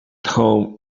home